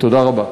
תודה רבה.